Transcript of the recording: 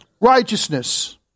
Righteousness